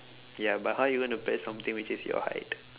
ya but how are you gonna press something which is your height